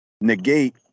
negate